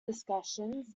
discussions